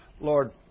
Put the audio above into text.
Lord